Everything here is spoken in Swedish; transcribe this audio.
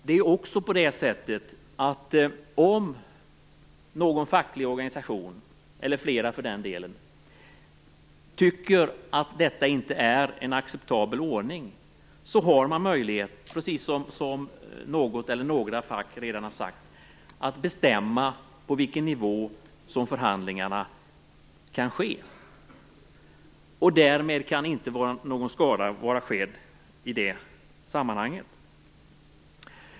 Det är också så att om någon facklig organisation - eller flera, för den delen - tycker att detta inte är en acceptabel ordning har man möjlighet, precis som något eller några fack redan gjort, att bestämma på vilken nivå förhandlingarna kan ske. Därmed kan ingen skada vara skedd i det sammanhanget.